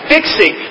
Fixing